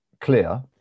clear